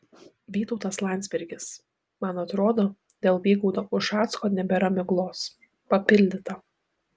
vytautas landsbergis man atrodo dėl vygaudo ušacko nebėra miglos papildyta